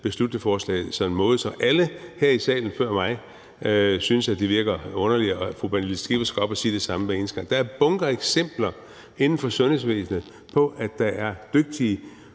beslutningsforslaget på en måde, så alle her i salen før mig synes, at det virker underligt, og fru Pernille Skipper skal op og sige det samme hver eneste gang. Der er bunker af eksempler inden for sundhedsvæsenet på, at der er dygtige